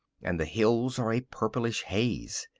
and the hills are a purplish haze.